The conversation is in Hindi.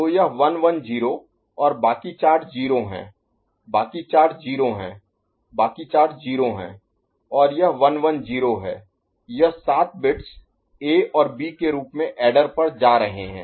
तो यह 110 और बाकी चार 0 हैं बाकी चार 0 हैं बाकी चार 0 हैं और यह 110 है यह सात बिट्स A और B के रूप में ऐडर पर जा रहे हैं